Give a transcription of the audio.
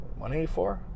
184